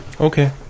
Okay